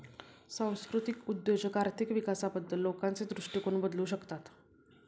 सांस्कृतिक उद्योजक आर्थिक विकासाबद्दल लोकांचे दृष्टिकोन बदलू शकतात